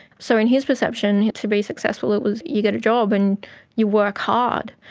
so in his perception to be successful it was you get a job and you work hard.